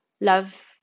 love